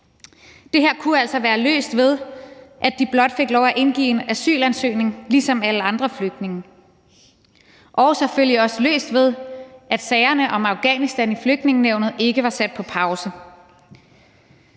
her kunne altså være løst ved, at de blot fik lov at indgive en asylansøgning ligesom alle andre flygtninge, og selvfølgelig også løst ved, at sagerne om Afghanistan i Flygtningenævnet ikke var sat på pause.